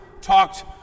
talked